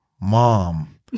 Mom